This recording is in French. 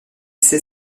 sait